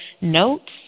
notes